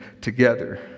together